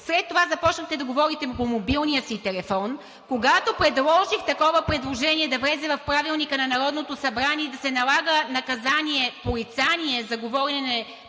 След това започнахте да говорите по мобилния си телефон. Когато предложих такова предложение да влезе в Правилника на Народното събрание да се налага наказание „порицание“ за говорене по